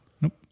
Nope